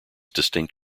distinct